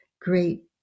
great